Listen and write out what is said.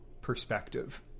perspective